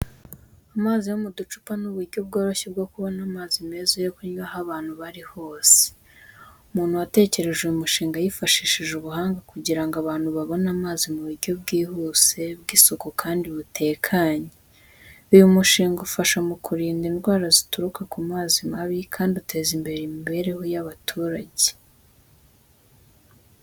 Amazi yo mu ducupa ni uburyo bworoshye bwo kubona amazi meza yo kunywa aho abantu bari hose. Umuntu watekereje uyu mushinga yifashishije ubuhanga kugira ngo abantu babone amazi mu buryo bwihuse, bw’isuku kandi butekanye. Uyu mushinga ufasha mu kurinda indwara zituruka ku mazi mabi kandi utezimbere imibereho y’abaturage.